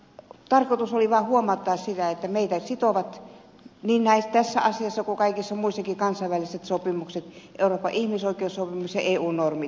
tarkoitus oli vaan huomauttaa siitä että meitä sitovat niin tässä asiassa kuin kaikissa muissakin kansainväliset sopimukset euroopan ihmisoikeussopimus ja eu normit